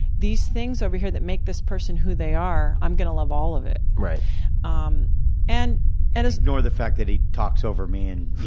these things over here that make this person who they are, i'm going to love all of it. um and and ignore the fact that he talks over me and,